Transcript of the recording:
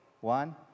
One